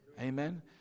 Amen